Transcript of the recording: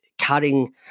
cutting